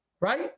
right